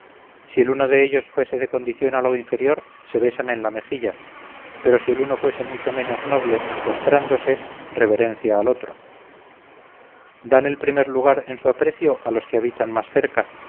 si el uno de ellos fuese de condición algo inferior se besan en la mejilla pero si el uno fuese mucho menos noble postrándose reverencia al otro dan el primer lugar en su aprecio a los que habitan más cerca